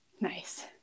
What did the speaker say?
Nice